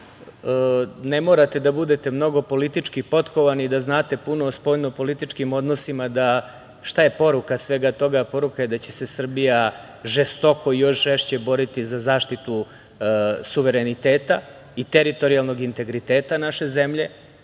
ne morate da budete mnogo politički potkovani da znate puno o spoljnopolitičkim odnosima da znate šta je poruka svega toga, a poruka je da će se Srbija žestoko, još žešće boriti za zaštitu suvereniteta i teritorijalnog integriteta naše zemlje,